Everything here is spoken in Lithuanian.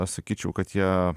sakyčiau kad jie